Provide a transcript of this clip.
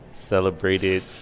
celebrated